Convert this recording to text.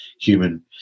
human